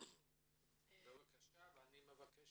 אני מבקש